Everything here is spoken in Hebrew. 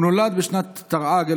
הוא נולד בשנת תרע"ג,